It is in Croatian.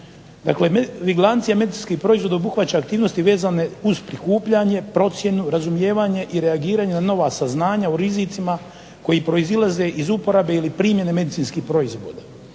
Dakle, vigilancija medicinskih proizvoda obuhvaća aktivnosti vezane uz prikupljanje, procjenu, razumijevanje i reagiranje na nova saznanja o rizicima koji proizlaze iz uporabe ili primjene medicinskih proizvoda,